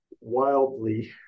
wildly